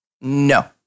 No